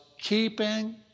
keeping